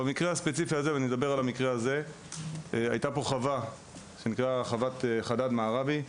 במקרה הספציפי הזה הייתה פה חווה ששמה היה ׳חדד מערבי׳.